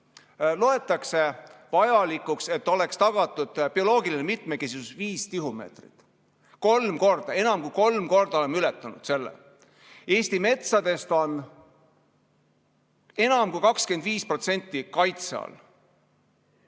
Loetakse vajalikuks, et oleks tagatud bioloogiline mitmekesisus, viis tihumeetrit. Kolm korda, enam kui kolm korda oleme ületanud selle! Eesti metsadest on enam kui 25% kaitse all.